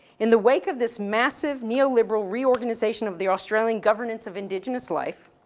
in the wake of this massive neo-liberal reorganization of the australian governance of indigenous life,